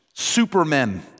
Supermen